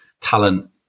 talent